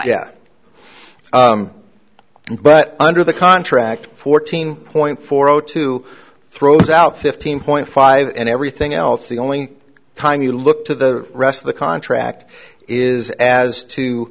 yeah but under the contract fourteen point four zero two throws out fifteen point five and everything else the only time you look to the rest of the contract is as to